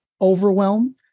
overwhelm